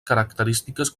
característiques